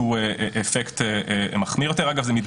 ההורים וגם התחושה שלכם כלפי המאבק שלכם אפשר להתאכזב מזה שהממשלה לא